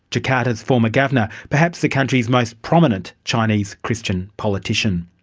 jakarta's former governor, perhaps the country's most prominent chinese christian politician.